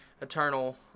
eternal